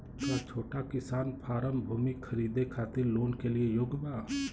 का छोटा किसान फारम भूमि खरीदे खातिर लोन के लिए योग्य बा?